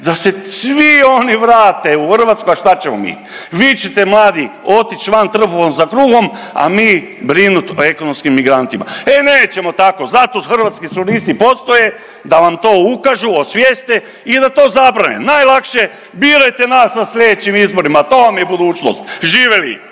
da se svi oni vrate u Hrvatsku, a šta ćemo mi? Vi ćete mladi otić van trbuhom za kruhom, a mi brinuti o ekonomskim migrantima. E nećemo tako! Zato Hrvatski suverenisti postoje da vam to ukažu, osvijeste i da to zabrane! Najlakše birajte nas na sljedećim izborima, to vam je budućnost. Živjeli!